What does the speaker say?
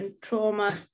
trauma